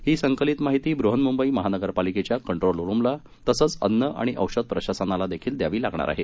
ही संकलित माहिती बृहन्मुंबई महानगरपालिकेच्या कंट्रोल रूमला तसंच अन्न आणि औषध प्रशासनाला देखील द्यावी लागणार आहे